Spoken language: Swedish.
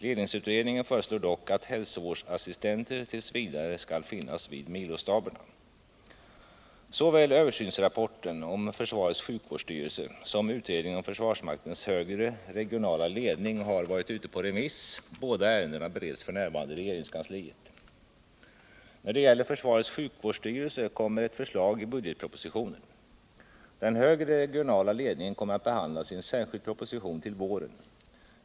Ledningsutredningen föreslår dock att hälsovårdsassistenter t. v. skall finnas vid milostaberna. Såväl översynsrapporten om försvarets sjukvårdsstyrelse som utredningen om försvarsmaktens högre regionala ledning har varit ute på remiss. Båda ärendena bereds f. n. i regeringskansliet. När det gäller försvarets sjukvårdsstyrelse kommer ett förslag i budgetpropositionen. Den högre regionala ledningen kommer att behandlas i en särskild proposition till våren.